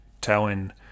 telling